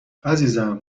عزیزم